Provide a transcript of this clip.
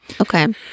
Okay